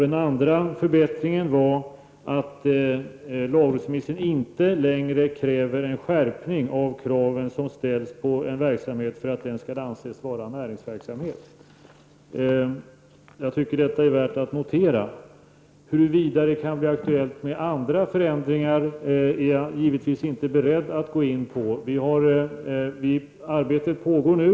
Den andra förbättringen var att inte längre begära en skärpning av kraven som ställs på en verksamhet för att den skall anses vara näringsverksamhet. Jag tycker att detta är värt att notera. Huruvida det kan bli aktuellt med andra förändringar är jag givetvis inte beredd att gå in på. Arbetet pågår nu.